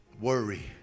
worry